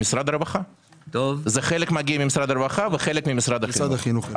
חלק ממשרד הרווחה וחלק ממשרד החינוך.